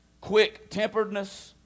Quick-temperedness